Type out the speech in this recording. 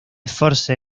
forse